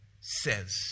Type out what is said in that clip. says